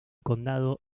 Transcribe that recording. condado